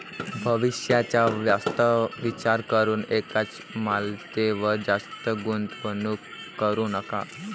भविष्याचा जास्त विचार करून एकाच मालमत्तेवर जास्त गुंतवणूक करू नका